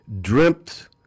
dreamt